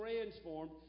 transformed